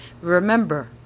Remember